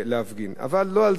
אבל לא על זה אנחנו רוצים לדבר.